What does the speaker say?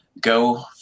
go